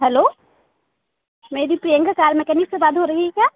hello मेरी Priyanka car mechanic से बात हो रही है क्या